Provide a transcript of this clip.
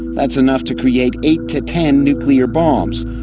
that's enough to create eight to ten nuclear bombs.